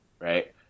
right